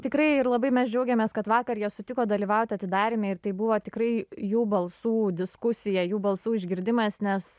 tikrai ir labai mes džiaugiamės kad vakar jie sutiko dalyvaut atidaryme ir tai buvo tikrai jų balsų diskusija jų balsų išgirdimas nes